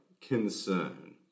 concern